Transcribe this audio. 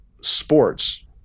sports